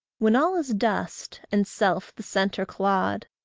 when all is dust, and self the centre clod,